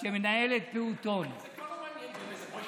ומנהלת פעוטון, זה כבר לא מעניין.